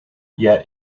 yet